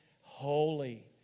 holy